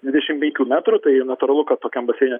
dvidešim penkių metrų tai natūralu kad tokiam baseine